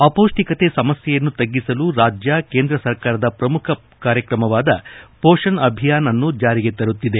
ಅಪೌಷ್ಟಿಕತೆ ಸಮಸ್ಯೆಯನ್ನು ತಗ್ಗಿಸಲು ರಾಜ್ಯವು ಕೇಂದ್ರ ಸರ್ಕಾರದ ಪ್ರಮುಖ ಕಾರ್ಯಕ್ರಮವಾದ ಪೋಶನ್ ಅಭಿಯಾನ್ ಅನ್ನು ಜಾರಿಗೆ ತರುತ್ತಿದೆ